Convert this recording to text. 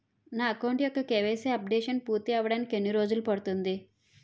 నా అకౌంట్ యెక్క KYC updation పూర్తి అవ్వడానికి ఎన్ని రోజులు పడుతుంది?